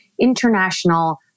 international